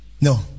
No